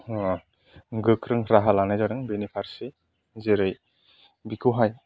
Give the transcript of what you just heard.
गोख्रों राहा लानाय जादों बेनि फारसे जेरै बिखौहाय